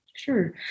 Sure